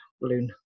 balloon